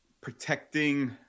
protecting